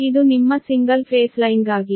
ಆದ್ದರಿಂದ ಇದು ನಿಮ್ಮ ಸಿಂಗಲ್ ಫೇಸ್ ಲೈನ್ಗಾಗಿ